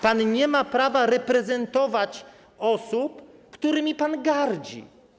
Pan nie ma prawa reprezentować osób, którymi pan gardzi.